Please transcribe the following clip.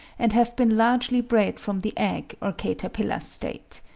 and have been largely bred from the egg or caterpillar state.